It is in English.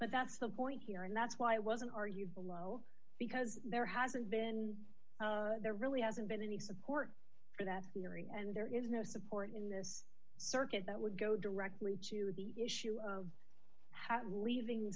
but that's the point here and that's why i wasn't are you below because there hasn't been there really hasn't been any support for that hearing and there is no support in this circuit that would go directly to the issue of how leaving